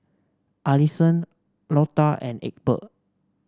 Allisson Lota and Egbert